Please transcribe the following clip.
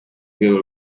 rwego